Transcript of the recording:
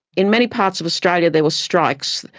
in many parts of australia there were strikes.